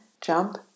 jump